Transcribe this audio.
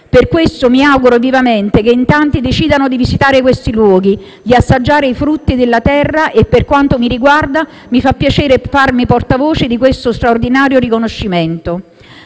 Per questo mi auguro vivamente che in tanti decidano di visitare questi luoghi, di assaggiare i frutti della terra e, per quanto mi riguarda, mi fa piacere farmi portavoce di questo straordinario riconoscimento.